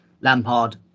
Lampard